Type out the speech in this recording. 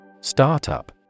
Startup